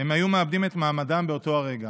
הם היו מאבדים את מעמדם באותו הרגע.